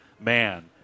man